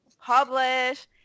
publish